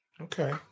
Okay